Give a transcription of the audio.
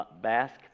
Basque